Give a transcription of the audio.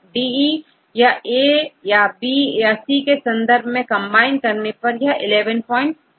D औरDE को Aया B या Cके संदर्भ में कंबाइन करने पर यह11 5 होगा